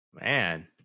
man